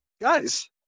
Guys